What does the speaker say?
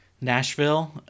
Nashville